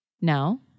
No